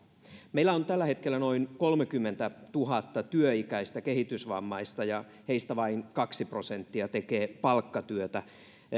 meillä on tällä hetkellä noin kolmekymmentätuhatta työikäistä kehitysvammaista ja heistä vain kaksi prosenttia tekee palkkatyötä heistä